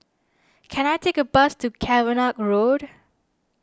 can I take a bus to Cavenagh Road